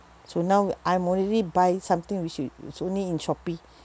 so now I'm already buy something we should only in shopee